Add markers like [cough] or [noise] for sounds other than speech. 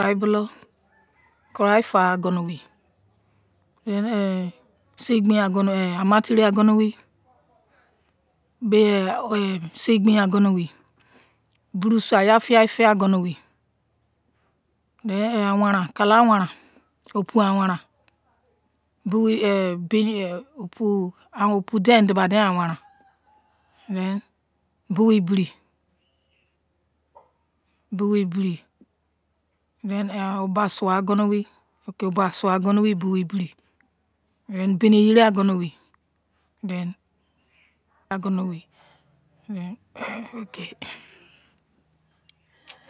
Abarigolo knlai fagha ogonu wei mien ne sei gbein ogonu eh ama teriogonuwei be sei gbein ogonu wei [hesitation] buru sai aya fiai fe ogonuwei me eh awaran, kala awaran o pu an waran bo eh baini, opu den di ba den anwaran. then bowei biri then o ba suo agonu wei ok we bo ason osonuwei bowei biri and baini yerin ogonuwei then agonuwei. [laughs]